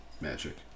Magic